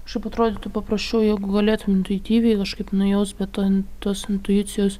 šiaip atrodytų paprasčiau jeigu galėtum intuityviai kažkaip nujaust bet to tos intuicijos